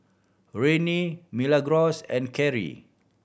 Rennie Milagros and Karri